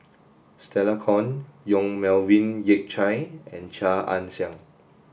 Stella Kon Yong Melvin Yik Chye and Chia Ann Siang